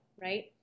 right